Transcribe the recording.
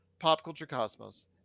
PopCultureCosmos